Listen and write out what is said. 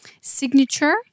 signature